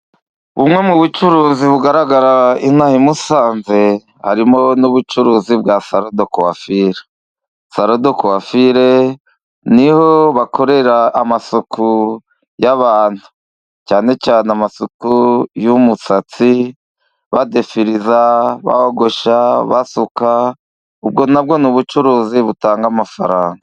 Bumwe mu bucuruzi bugaragara ino aha i Musanze, harimo n'ubucuruzi bwa sarodokwafire, sarodokwafire ni ho bakorera amasuku y'abantu, cyane cyane amasuku y'umusatsi badefiriza, bogosha, basuka. Ubwo na bwo ni ubucuruzi butanga amafaranga.